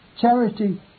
Charity